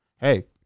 Hey